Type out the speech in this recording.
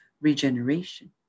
regeneration